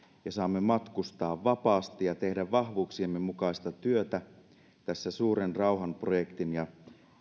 ja saamme matkustaa vapaasti ja tehdä vahvuuksiemme mukaista työtä tässä suuren rauhanprojektin ja